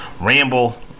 ramble